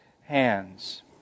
hands